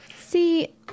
See